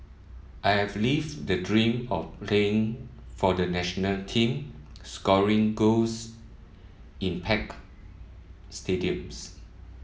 I have lived the dream of playing for the national team scoring goals in packed stadiums